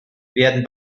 werden